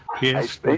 Yes